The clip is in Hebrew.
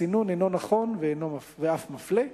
הסינון אינו נכון ואף מפלה,